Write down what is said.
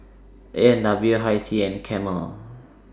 A and W Hi Tea and Camel